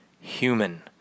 human